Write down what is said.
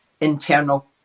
internal